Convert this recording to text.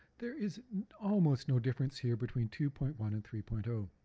there is almost no difference here between two point one and three point ah